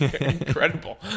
Incredible